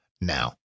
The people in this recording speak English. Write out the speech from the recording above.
now